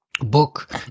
book